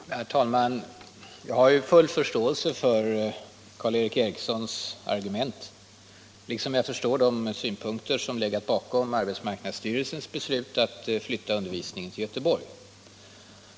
Herr talman! Jag har full förståelse för Karl Erik Erikssons argument, liksom jag förstår de synpunkter som legat bakom arbetsmarknadsstyrelsens beslut att flytta undervisningen till Göteborg.